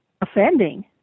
offending